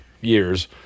years